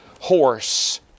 horse